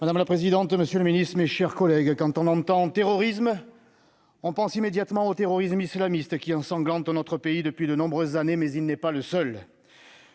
Madame la présidente, monsieur le ministre, mes chers collègues, quand on entend le mot « terrorisme », on pense immédiatement au terrorisme islamiste qui ensanglante notre pays depuis de nombreuses années, mais il n'est pas le seul.